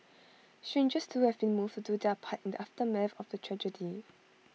strangers too have been moved to do their part in the aftermath of the tragedy